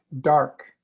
dark